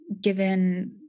given